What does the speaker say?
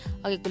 Okay